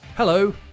Hello